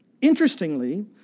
Interestingly